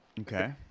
Okay